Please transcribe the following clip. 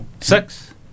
Six